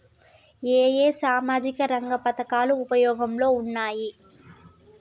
ఏ ఏ సామాజిక రంగ పథకాలు ఉపయోగంలో ఉన్నాయి?